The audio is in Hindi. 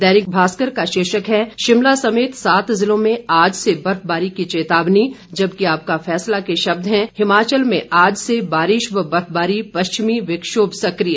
दैनिक भास्कर का शीर्षक है शिमला समेत सात जिलों में आज से बर्फबारी की चेतावनी जबकि आपका फैसला के शब्द हैं हिमाचल में आज से बारिश व बर्फबारी पश्चिमी विक्षोभ सक्रिय